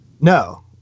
No